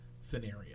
scenario